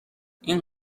این